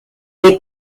des